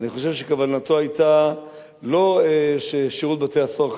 אני חושב שכוונתו היתה לא ששירות בתי-הסוהר,